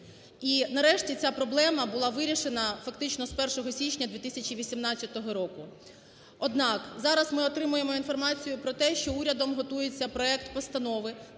І нарешті ця проблема була вирішена фактично з 1 січня 2018 року. Однак, зараз ми отримуємо інформацію про те, що урядом готується проект постанови